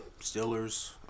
Steelers